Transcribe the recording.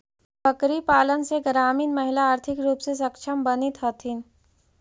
बकरीपालन से ग्रामीण महिला आर्थिक रूप से सक्षम बनित हथीन